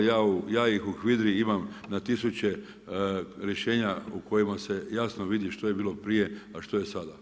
Ja ih u HVIDRA-i imam na tisuće rješenja u kojima se jasno vidi što je bilo prije a što je sada.